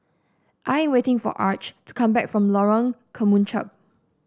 I am waiting for Arch to come back from Lorong Kemunchup